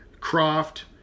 Croft